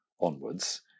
onwards